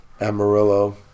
Amarillo